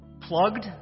plugged